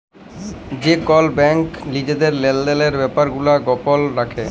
যে কল ব্যাংক লিজের লেলদেলের ব্যাপার গুলা গপল রাখে